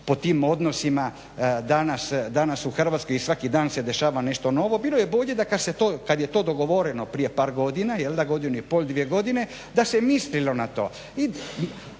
po tim odnosima danas u Hrvatskoj i svaki dan se dešava nešto novo. Bilo je bolje da kada je to dogovoreno prije par godina, jel'da, godinu i pol, dvije godine, da se mislilo na to.